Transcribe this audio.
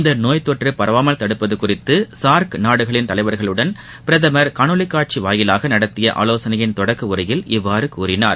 இந்த நோய் தொற்று பரவாமல் தடுப்பது குறித்து சார்க் நாடுகளின் தலைவர்களுடன் பிரதமர் காணொலிக் காட்சி வாயிலாக நடத்திய ஆலோசனையின் தொடக்க உரையில் இவ்வாறு கூறினார்